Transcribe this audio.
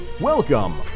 Welcome